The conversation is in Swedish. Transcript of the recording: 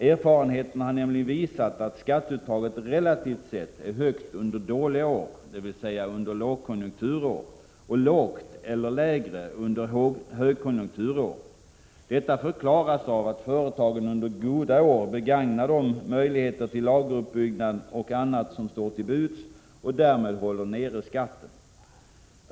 Erfarenheterna har nämligen visat att skatteuttaget relativt sett är högt under dåliga år, dvs. under lågkonjunkturår, och lågt eller lägre under högkonjunkturår. Detta förklaras av att företagen under goda år begagnar de möjligheter till lageruppbyggnad och annat som står till buds och därmed håller nere skatten.